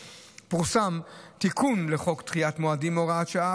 פורסם תיקון לחוק דחיית מועדים (הוראת שעה,